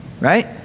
right